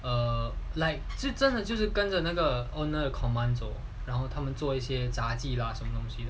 err like 这真的就是跟着那个 honour commands or 然后他们做一些杂技 lah 什么东西